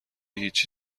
هیچی